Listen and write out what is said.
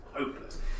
hopeless